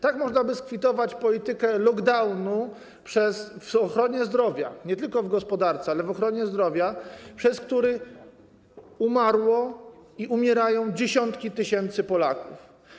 Tak można by skwitować politykę lockdownu w ochronie zdrowia, nie tylko w gospodarce, ale i w ochronie zdrowia, przez który umarły i umierają dziesiątki tysięcy Polaków.